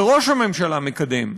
וראש הממשלה מקדם,